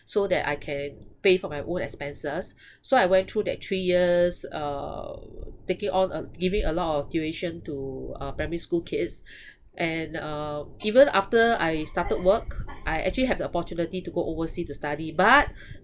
so that I can pay for my own expenses so I went through that three years uh taking on a giving a lot of tuition to uh primary school kids and uh even after I started work I actually have the opportunity to go oversea to study but